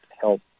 help